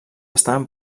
estaven